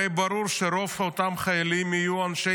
הרי ברור שרוב אותם חיילים יהיו אנשי